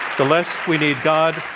the less we need god.